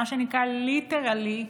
מה שנקרא, literally,